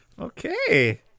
okay